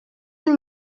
hier